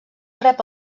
rep